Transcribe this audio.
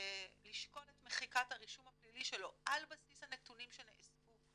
לשקול את מחיקת הרישום הפלילי שלו על בסיס הנתונים שנאספו,